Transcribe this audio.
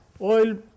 Oil